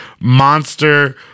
monster